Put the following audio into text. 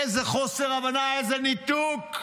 איזה חוסר הבנה, איזה ניתוק.